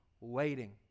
waiting